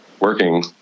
working